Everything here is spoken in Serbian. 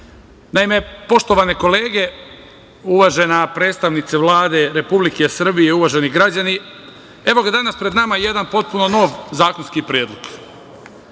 Naime, poštovane kolege, uvažena predstavnice Vlade Republike Srbije, uvaženi građani, evo ga danas pred nama jedan nov zakonski predlog. Dosta